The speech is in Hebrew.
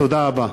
תודה רבה.